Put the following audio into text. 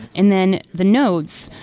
and then the nodes,